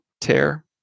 tear